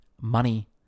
money